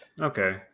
okay